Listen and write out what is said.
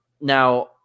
now